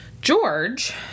George